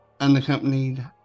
Unaccompanied